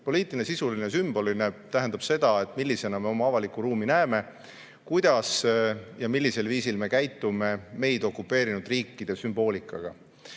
Poliitiline, sisuline ja sümboliline tähendab seda, millisena me oma avalikku ruumi näeme ning kuidas ja millisel viisil me käitume meid okupeerinud riikide sümboolikaga.